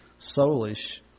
soulish